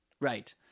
Right